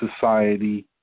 society